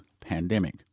pandemic